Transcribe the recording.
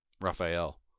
Raphael